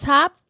Top